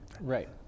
Right